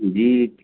جی